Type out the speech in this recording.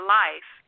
life